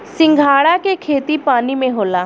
सिंघाड़ा के खेती पानी में होला